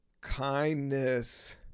kindness